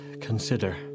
consider